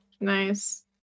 nice